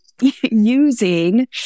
using